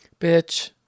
bitch